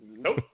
Nope